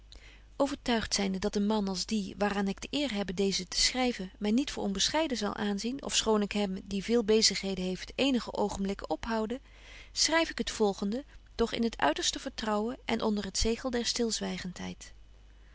overtuigt zynde dat een man als die waar aan ik de eer hebbe deezen te schryven my niet voor onbescheiden zal aanzien ofschoon ik hem die veel bezigheden heeft eenige oogenblikken ophoude schryf ik het volgende doch in het uiterste vertrouwen en onder het zegel der